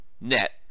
net